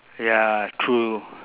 ya true